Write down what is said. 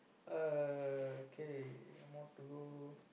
uh k one more to go